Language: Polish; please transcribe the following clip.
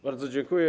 Bardzo dziękuję.